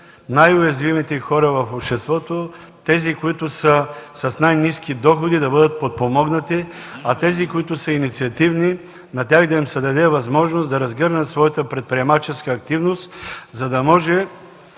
най-уязвимите хора в обществото – тези, които са с най-ниски доходи, да бъдат подпомогнати, а тези, които са инициативни, да им се даде възможност да разгърнат своята предприемаческа активност, за да може